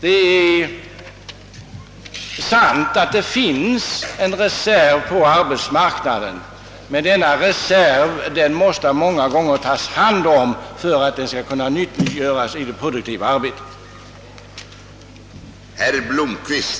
Det är riktigt att det finns en reserv på arbetsmarknaden, men denna reserv måste man många gånger ta hand om för att den skall kunna nyttiggöras i det produktiva arbetet.